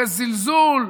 בזלזול,